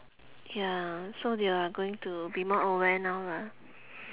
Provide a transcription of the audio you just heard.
ya so they are going to be more aware now lah